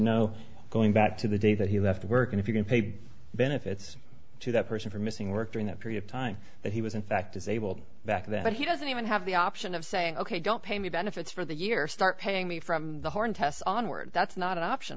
know going back to the day that he left work and if you can pay benefits to that person for missing work during that period of time that he was in fact is able to back that he doesn't even have the option of saying ok don't pay me benefits for the year start paying me from the horn tests onwards that's not an option